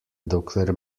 dokler